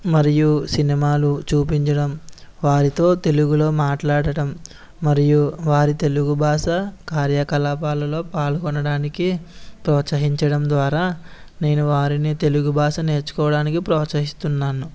మరియు సినిమాలు చూపించడం వారితో తెలుగులో మాట్లాడటం మరియు వారి తెలుగు భాష కార్యకలాపాలలో పాల్గొనడానికి ప్రోత్సహించడం ద్వారా నేను వారిని తెలుగు భాష నేర్చుకోవడానికి ప్రోత్సహిస్తున్నాను